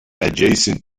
adjacent